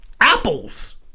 apples